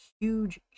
huge